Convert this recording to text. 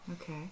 Okay